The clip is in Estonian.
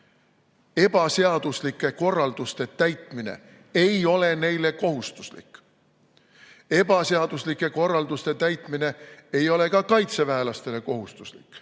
ebaseaduslike korralduste täitmine ei ole neile kohustuslik. Ebaseaduslike korralduste täitmine ei ole ka kaitseväelastele kohustuslik.